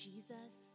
Jesus